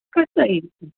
कसंही